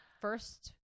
First